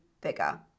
bigger